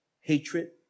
hatred